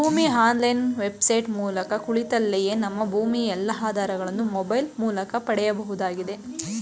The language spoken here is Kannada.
ಭೂಮಿ ಆನ್ಲೈನ್ ವೆಬ್ಸೈಟ್ ಮೂಲಕ ಕುಳಿತಲ್ಲಿಯೇ ನಮ್ಮ ಭೂಮಿಯ ಎಲ್ಲಾ ಆಧಾರಗಳನ್ನು ಮೊಬೈಲ್ ಮೂಲಕ ಪಡೆಯಬಹುದಾಗಿದೆ